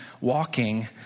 walking